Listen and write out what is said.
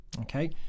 Okay